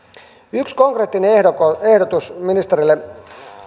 yksi konkreettinen ehdotus ehdotus ministerille